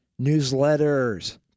newsletters